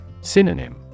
Synonym